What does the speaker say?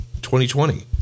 2020